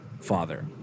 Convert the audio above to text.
father